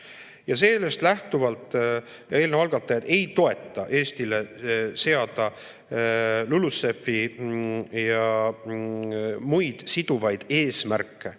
Ja sellest lähtuvalt eelnõu algatajad ei toeta Eestile seada LULUCF‑i ja muid siduvaid eesmärke.